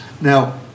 Now